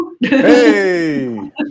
Hey